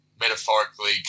metaphorically